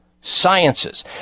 Sciences